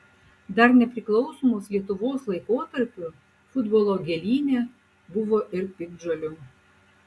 dar nepriklausomos lietuvos laikotarpiu futbolo gėlyne buvo ir piktžolių